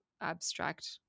abstract